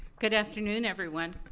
good afternoon, everyone.